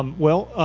um well,